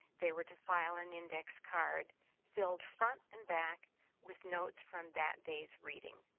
they were to file an index card filled front and back with notes from that day's reading.